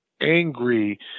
angry